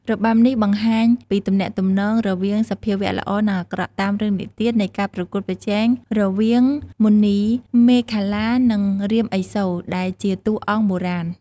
របាំនេះបង្ហាញពីទំនាស់រវាងសភាវៈល្អនិងអាក្រក់ តាមរឿងនិទាននៃការប្រកួតប្រជែងរវាងមណីមេខលា និងរាមឥសូរ ដែលជាតួអង្គបុរាណ។